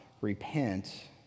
repent